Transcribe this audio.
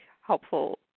helpful